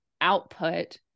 output